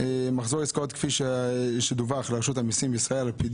מחזור עסקאות כפי שדווח לרשות המיסים בישראל על פי